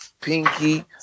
Pinky